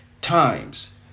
times